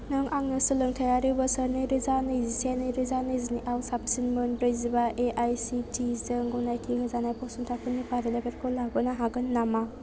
नों आंनो सोलोंथायारि बोसोर नै रोजा नैजिसे नै रोजा नैजिनैआव साबसिन मोन ब्रैजिबा एआइसिटिइ जों गनायथि होजानाय फसंथानफोरनि फारिलाइफोरखौ लाबोनो हागोन नामा